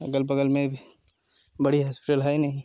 अग़ल बग़ल में बड़ी हस्पिटल हैं नहीं